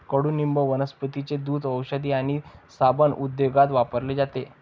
कडुनिंब वनस्पतींचे दूध, औषध आणि साबण उद्योगात वापरले जाते